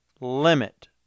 limit